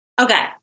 Okay